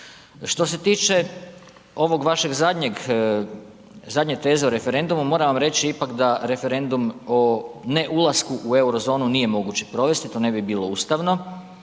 Što se tiče ovog vašeg zadnjeg, zadnje teze o referendumu moram vam reći ipak da referendum o ne ulasku u Eurozonu nije moguće provesti provesti, to ne bi bilo ustavno